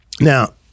Now-